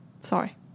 sorry